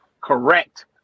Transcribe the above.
correct